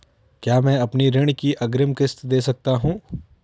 क्या मैं अपनी ऋण की अग्रिम किश्त दें सकता हूँ?